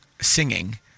singing